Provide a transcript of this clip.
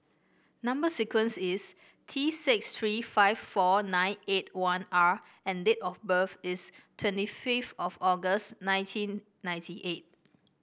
number sequence is T six three five four nine eight one R and date of birth is twenty fifth of August nineteen ninety eight